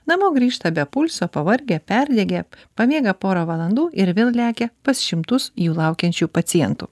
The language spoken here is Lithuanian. namo grįžta be pulso pavargę perdegę pamiega porą valandų ir vėl lekia pas šimtus jų laukiančių pacientų